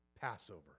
Passover